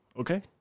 Okay